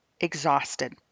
exhausted